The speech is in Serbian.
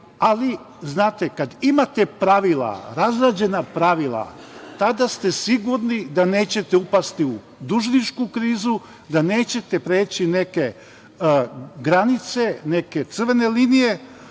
ali znate kad imate pravila, razrađena pravila, tada ste sigurni da nećete upasti u dužničku krizu, da nećete preći neke granice, neke crvene linije,